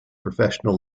professional